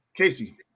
Casey